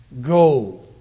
Go